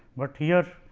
but here